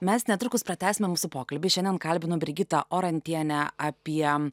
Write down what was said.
mes netrukus pratęsime mūsų pokalbį šianien kalbinu brigita orantienę apie